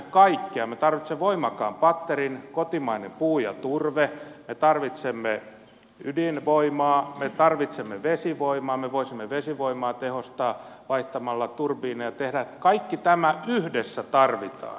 me tarvitsemme voimakkaan patterin kotimaista puuta ja turvetta me tarvitsemme ydinvoimaa me tarvitsemme vesivoimaa me voisimme vesivoimaa tehostaa vaihtamalla turbiineja kaikki tämä yhdessä tarvitaan